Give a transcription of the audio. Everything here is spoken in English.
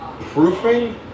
proofing